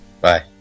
Bye